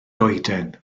goeden